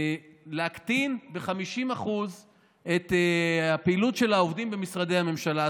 להקטין ב-50% את הפעילות של העובדים במשרדי הממשלה.